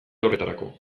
horretarako